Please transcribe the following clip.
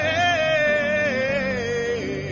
hey